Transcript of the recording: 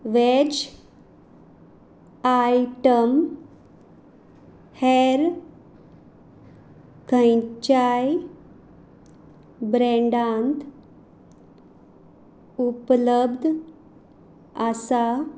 veg item हेर खंयच्याय ब्रँडांत उपलब्ध आसा